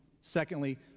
Secondly